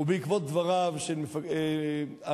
ובעקבות דבריו של הרמטכ"ל,